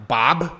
,Bob 。